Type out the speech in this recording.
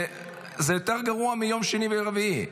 זה יותר גרוע מיום שני ורביעי.